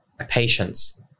patience